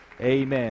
Amen